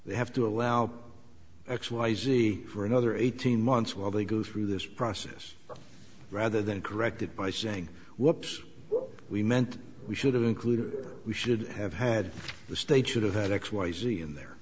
they have to allow x y z for another eighteen months while they go through this process rather than corrected by saying what we meant we should have included we should have had the state should have had x y z in there